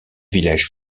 village